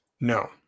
No